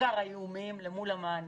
בעיקר האיומיים למול המענה.